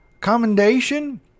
commendation